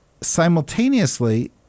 simultaneously